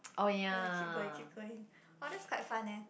wanna keep going keep going !wah! that's quite fun leh